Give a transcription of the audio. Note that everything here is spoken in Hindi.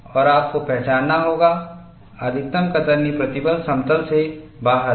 और आपको पहचानना होगा अधिकतम कतरनी प्रतिबल समतल से बाहर है